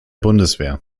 bundeswehr